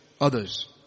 others